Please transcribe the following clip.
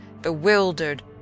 bewildered